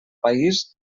país